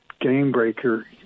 game-breaker